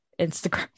Instagram